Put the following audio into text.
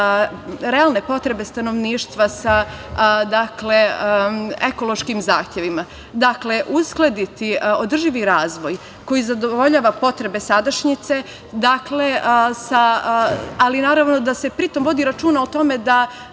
realne potrebe stanovništva sa ekološkim zahtevima. Dakle, uskladiti održivi razvoj koji zadovoljava potreba sadašnjice, ali naravno da se vodi računa o tome da